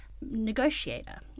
negotiator